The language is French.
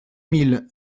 mille